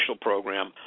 program